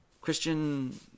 Christian